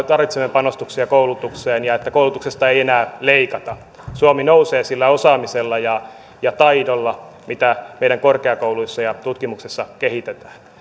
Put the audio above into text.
tarvitsemme panostuksia koulutukseen ja että koulutuksesta ei enää leikata suomi nousee sillä osaamisella ja ja taidolla mitä meidän korkeakouluissa ja tutkimuksessa kehitetään